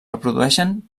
reprodueixen